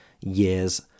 years